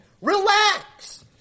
Relax